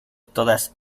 todas